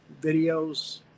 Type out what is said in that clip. videos